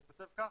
הוא כותב ככה,